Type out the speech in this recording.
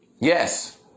Yes